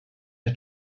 nie